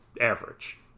average